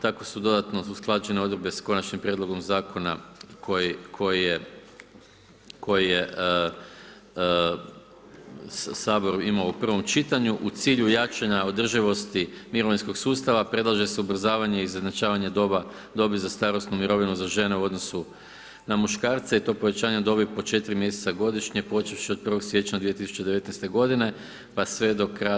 Tako su dodatno usklađenje Odredbe s Konačnim prijedlogom Zakona koje je, koje je sabor imao u prvom čitanju, u cilju jačanja održivosti mirovinskog sustava, predlaže se ubrzavanje izjednačavanja dobi za starosnu mirovnu za žene u odnosu na muškarce, i to povećanje dobi po 4 mjeseca godišnje, počevši od 01. siječnja 2019. godine, pa sve do kraja